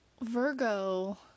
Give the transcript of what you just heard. Virgo